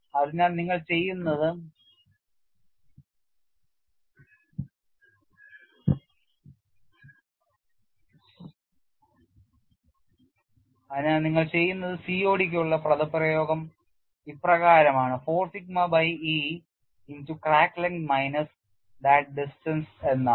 അതിനാൽ നിങ്ങൾ ചെയ്യുന്നത് COD ക്ക് ഉള്ള പദപ്രയോഗം ഇപ്രകാരമാണ് 4 sigma by E into crack length minus that distance എന്നാണ്